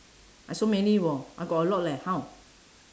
I so many [wor] I got a lot leh how